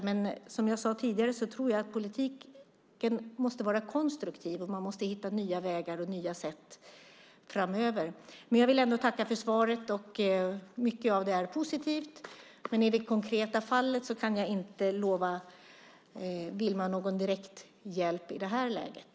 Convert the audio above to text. Men jag tror att politiken måste vara konstruktiv och att vi måste hitta nya vägar och nya sätt framöver. Jag vill ändå tacka för svaret. Mycket av det var positivt, men i det konkreta fallet kan jag inte lova Wielma någon direkt hjälp i det här läget.